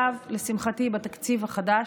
לשמחתי, בתקציב החדש,